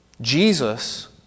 Jesus